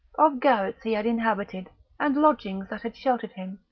of garrets he had inhabited and lodgings that had sheltered him,